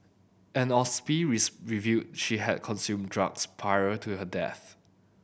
an autopsy revealed she had consumed drugs prior to her death